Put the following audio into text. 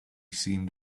seemed